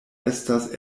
estas